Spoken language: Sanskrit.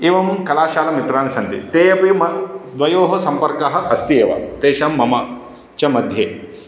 एवं कलाशालामित्राणि सन्ति ते अपि म द्वयोः संपर्कः अस्त्येव तेषां मम च मध्ये